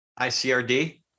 ICRD